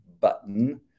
button